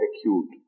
acute